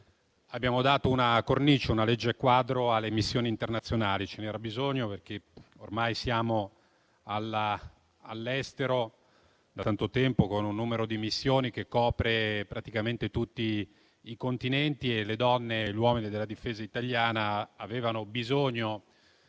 abbiamo dato una cornice e una legge quadro alle missioni internazionali. Ce n'era bisogno, perché ormai siamo all'estero da tanto tempo, con un numero di missioni che copre praticamente tutti i continenti; le donne e gli uomini della Difesa italiana avevano bisogno